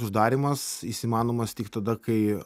uždarymas is įmanomas tik tada kai